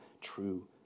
True